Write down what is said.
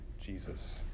Jesus